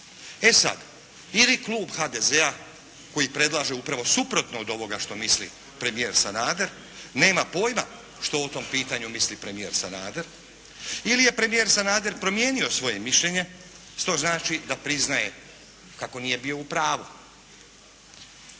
E sada, ili klub HDZ-a koji predlaže upravo suprotno od ovoga što misli premijer Sanader nema pojma što o tom pitanju misli premijer Sanader ili je premijer Sanader promijenio svoje mišljenje što znači da priznaje kako nije bio u pravu.